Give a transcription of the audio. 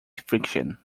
friction